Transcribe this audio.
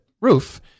roof